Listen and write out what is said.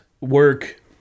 work